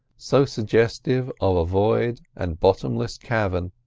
so suggestive of a void and bottomless cavern,